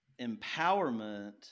empowerment